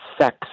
sex